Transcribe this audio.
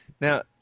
Now